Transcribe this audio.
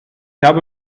habe